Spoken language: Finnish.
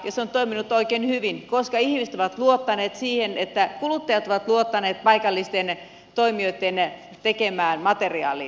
se on toiminut oikein hyvin koska ihmiset ovat luottaneet siihen kuluttajat ovat luottaneet paikallisten toimijoitten tekemään materiaaliin